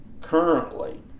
currently